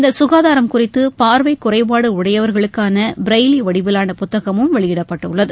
இந்த சுகாதாரம் குறித்து பார்வை குறைபாடு உடையவர்களுக்கான ப்ரைலி வடிவிலான புத்தகமும் வெளியிடப்பட்டுள்ளது